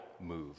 move